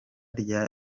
ryo